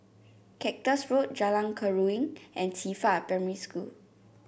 Cactus Road Jalan Keruing and Qifa Primary School